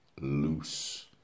loose